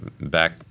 back